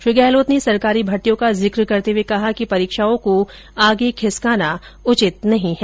श्री गहलोत ने सरकारी भर्तियों का जिक करते हुए कहा कि परीक्षाओं को आगे खिसकाना उचित नहीं है